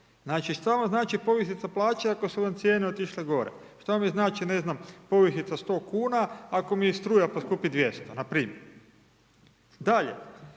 znači šta vam znači povišica plaće, ako su vam cijene otišle gore. Šta mi znači ne znam povišica 100 kuna, ako mi struja poskupi 200 na primjer. Dalje,